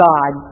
God